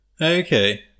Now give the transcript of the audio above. Okay